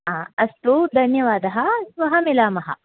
आ अस्तु धन्यवादः श्वः मिलामः